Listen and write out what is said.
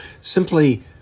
simply